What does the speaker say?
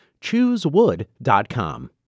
Choosewood.com